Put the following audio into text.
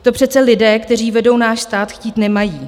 To přece lidé, kteří vedou náš stát, chtít nemají.